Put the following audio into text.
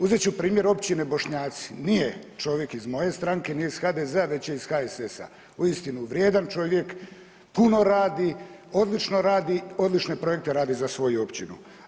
Uzet ću primjer općine Bošnjaci, nije čovjek iz moje stranke, nije iz HDZ-a već je iz HSS-a, uistinu vrijedan čovjek, puno radi, odlično radi, odlične projekte radi za svoju općinu.